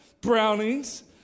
brownies